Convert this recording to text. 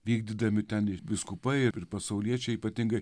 vykdydami ten vyskupai ir pasauliečiai ypatingai